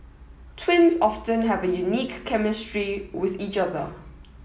twins often have a unique chemistry with each other